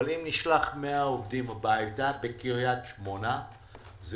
אבל אם נשלח 100 עובדים הביתה בקריית שמונה זה